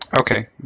Okay